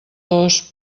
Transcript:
dos